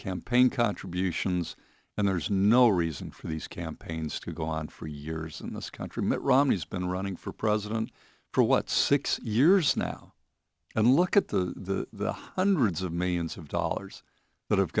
campaign contributions and there's no reason for these campaigns to go on for years in this country mitt romney's been running for president for what six years now and look at the the hundreds of millions of dollars that have